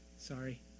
Sorry